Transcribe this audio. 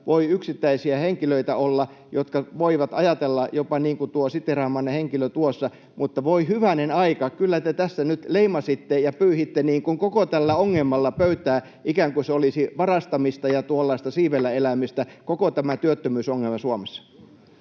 olla yksittäisiä henkilöitä, jotka voivat ajatella jopa niin kuin tuo siteeraamanne henkilö tuossa, mutta voi hyvänen aika, kyllä te tässä nyt leimasitte ja pyyhitte koko tällä ohjelmalla pöytää ikään kuin olisi varastamista ja tuollaista siivellä elämistä koko tämä työttömyysongelma Suomessa.